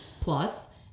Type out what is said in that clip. plus